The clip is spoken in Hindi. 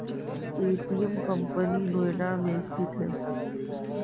पे.टी.एम कंपनी नोएडा में स्थित है